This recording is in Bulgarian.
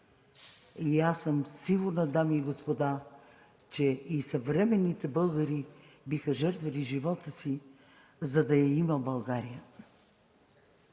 Аз съм сигурна, дами и господа, че и съвременните българи биха жертвали живота си, за да я има България.